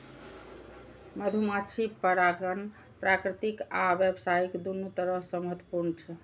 मधुमाछी परागण प्राकृतिक आ व्यावसायिक, दुनू तरह सं महत्वपूर्ण छै